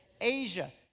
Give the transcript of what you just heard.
Asia